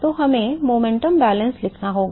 तो हमें संवेग संतुलन लिखना होगा